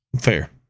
Fair